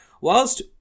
Whilst